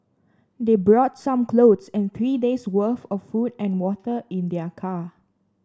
they brought some clothes and three days' worth of food and water in their car